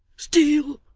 steel,